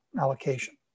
allocation